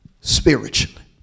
spiritually